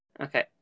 Okay